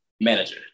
manager